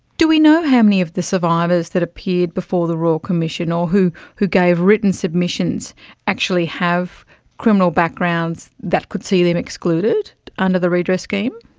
do we know how many of these survivors that appeared before the royal commission or who who gave written submissions actually have criminal backgrounds that could see them excluded under the redress scheme?